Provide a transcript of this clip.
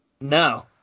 No